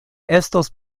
estos